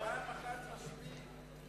קבוצת סיעת האיחוד